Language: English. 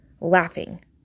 laughing